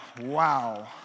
Wow